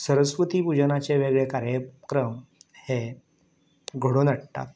सरस्वती पुजनाचे वेगळे कार्यक्रम हे घडोवन हाडटात